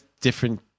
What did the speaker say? different